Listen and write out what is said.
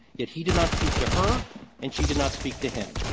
yet he did not speak to her and she did not speak to him.